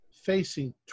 Facing